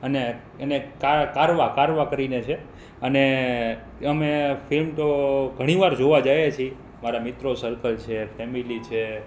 અને એને કારવાં કરીને છે અને અમે ફિલ્મ તો ઘણીવાર જોવા જઈએ છે મારા મિત્રો સર્કલ છે ફેમિલી છે